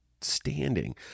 standing